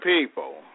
people